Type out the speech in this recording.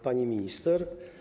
Pani Minister!